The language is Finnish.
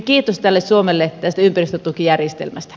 kiitos suomelle tästä ympäristötukijärjestelmästä